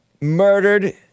murdered